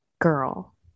girl